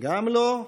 גם לא,